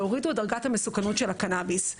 והורידו את דרגת המסוכנות של הקנביס.